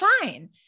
fine